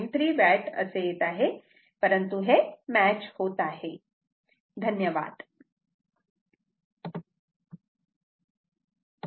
793 watt येत आहे परंतु हे मॅच होत आहे